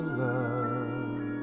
love